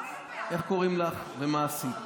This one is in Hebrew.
איך קוראים לך ומה עשית.